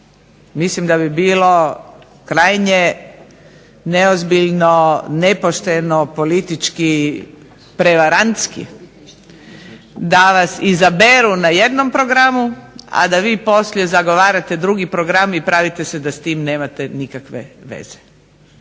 mislim da bi bilo krajnje neozbiljno, nepošteno politički prevarantski da vas izaberu na jednom programu, a da vi poslije zagovarate drugi program i pravite se da s tim nemate nikakve veze.